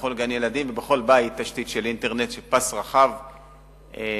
בכל גן-ילדים ובכל בית תשתית אינטרנט של פס רחב מהיר.